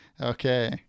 Okay